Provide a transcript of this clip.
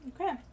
Okay